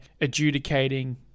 adjudicating